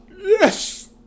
Yes